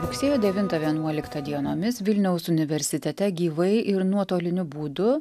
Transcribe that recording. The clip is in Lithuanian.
rugsėjo devintą vienuoliktą dienomis vilniaus universitete gyvai ir nuotoliniu būdu